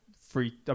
free